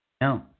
No